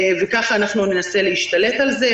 וכך ננסה להשתלט על זה.